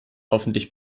hoffentlich